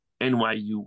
NYU